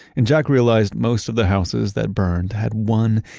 and jack realized most of the houses that burned had one,